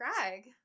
Greg